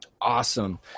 Awesome